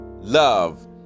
love